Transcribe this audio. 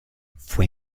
fue